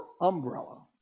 umbrella